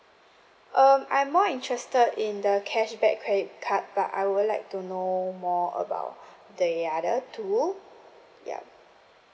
um I'm more interested in the cashback credit card but I would like to know more about the other two yup